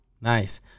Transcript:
Nice